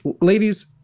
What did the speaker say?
Ladies